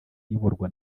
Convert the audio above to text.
iyoborwa